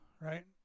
right